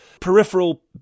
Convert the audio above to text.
peripheral